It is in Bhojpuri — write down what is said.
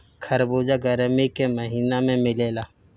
खरबूजा गरमी के महिना में मिलेला